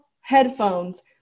headphones